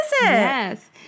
Yes